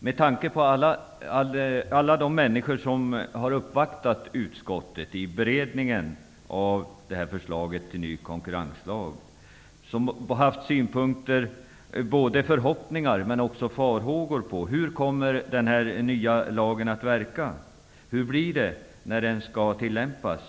Många människor har uppvaktat utskottet under beredningen av förslaget till ny konkurrenslag och haft synpunkter -- förhoppningar, men också farhågor -- på hur den nya lagen kommer att verka. De har undrat hur det blir när den skall tillämpas.